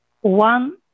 one